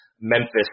Memphis